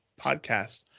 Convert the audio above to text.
podcast